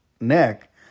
neck